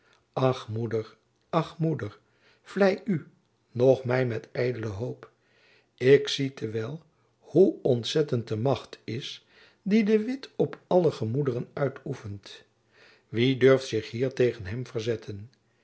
ach moeder moeder vlei u noch my met ydele hoop ik zie te wel hoe ontzettend de macht is die de witt op alle gemoederen uitoefent wie durft zich hier tegen hem verzetten